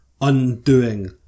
undoing